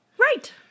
right